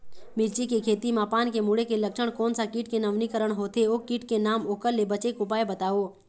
मिर्ची के खेती मा पान के मुड़े के लक्षण कोन सा कीट के नवीनीकरण होथे ओ कीट के नाम ओकर ले बचे के उपाय बताओ?